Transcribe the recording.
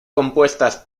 compuestas